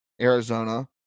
Arizona